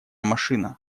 машина